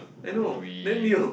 I know then you